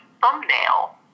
thumbnail